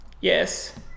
Yes